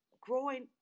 growing